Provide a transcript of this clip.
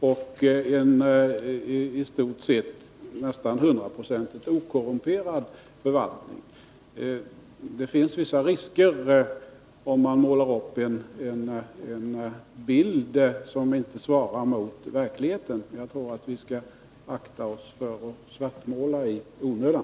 Vi har t.ex. en nästan hundraprocentigt okorrumperad förvaltning. Det finns vissa risker med att måla upp en bild som inte svarar mot verkligheten. Vi bör akta oss för att svartmåla i onödan.